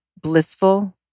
blissful